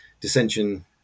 Dissension